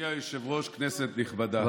אדוני היושב-ראש, כנסת נכבדה,